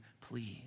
please